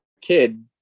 kid